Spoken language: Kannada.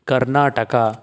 ಕರ್ನಾಟಕ